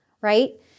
right